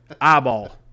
eyeball